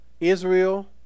Israel